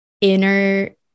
inner